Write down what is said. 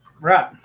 Right